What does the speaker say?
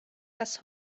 das